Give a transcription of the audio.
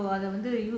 mm